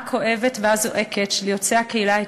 הכואבת והזועקת של יוצאי הקהילה האתיופית,